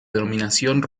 dominación